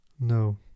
no